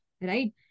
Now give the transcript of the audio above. right